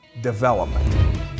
development